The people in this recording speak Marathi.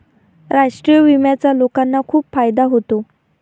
राष्ट्रीय विम्याचा लोकांना खूप फायदा होतो